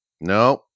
No